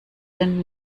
den